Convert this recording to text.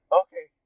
okay